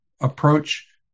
approach